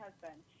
husband